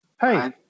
Hey